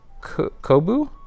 Kobu